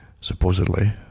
supposedly